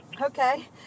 Okay